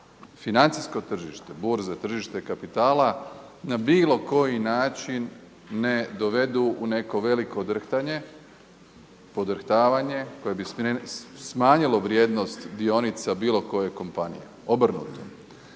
financijsko tržište, burze tržište kapitala na bilo koji način ne dovedu u neko veliko drhtanje, podrhtavanje koje bi smanjilo vrijednost dionica bilo koje kompanije, obrnuto.